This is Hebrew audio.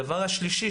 הדבר השלישי,